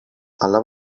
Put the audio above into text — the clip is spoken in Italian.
alla